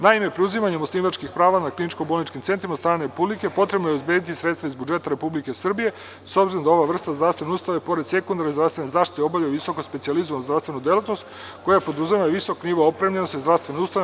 Naime, preuzimanjem osnivačkih prava na kliničko-bolničkim centrima od strane Republike potrebno je obezbediti sredstva iz budžeta Republike Srbije, s obzirom da ova vrsta zdravstvene ustanove, pored sekundarne zdravstvene zaštite obavlja visoko specijalizovanu zdravstvenu delatnost koja podrazumeva visok nivo opremljenosti zdravstvene ustanove.